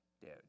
dude